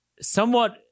somewhat